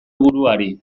buruari